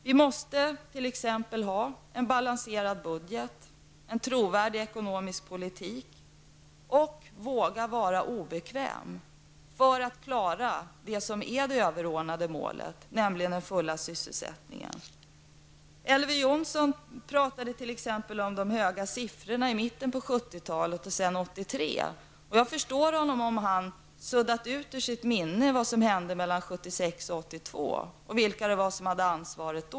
Vi måste t.ex. ha en balanserad budget, en trovärdig ekonomisk politik och våga vara obekväma för att klara det överordnade målet, den fulla sysselsättningen. Elver Jonsson t.ex. talade om de höga siffrorna i mitten av 1970-talet och sedan 1983. Jag förstår att han kan ha suddat ut ur sitt minne vad som hände mellan 1976--1982 med tanke på dem som då hade ansvaret.